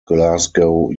glasgow